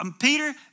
Peter